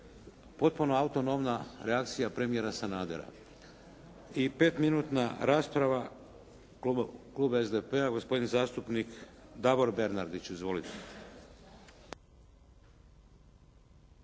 potpuno autonomna reakcija premijera Sanadera. I 5-minutna rasprava, klub SDP-a, gospodin zastupnik Davor Bernardić. Izvolite.